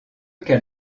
cas